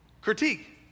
Critique